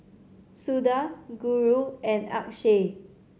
Suda Guru and Akshay